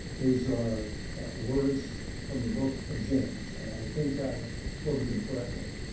these are words from the book of james. i think i've quoted them correctly.